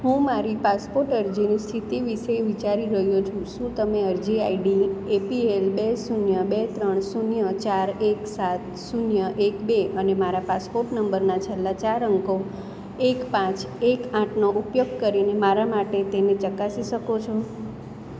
હું મારી પાસપોટ અરજીની સ્થિતિ વિશે વિચારી રહ્યો છું શું તમે અરજી આઈડી એપીએલ બે શૂન્ય બે ત્રણ શૂન્ય ચાર એક સાત શૂન્ય એક બે અને મારા પાસપોર્ટ નંબરના છેલ્લા ચાર અંકો એક પાંચ એક આઠનો ઉપયોગ કરીને મારા માટે તેને ચકાસી શકો છો